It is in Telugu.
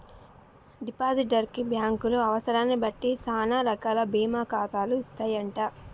డిపాజిటర్ కి బ్యాంకులు అవసరాన్ని బట్టి సానా రకాల బీమా ఖాతాలు ఇస్తాయంట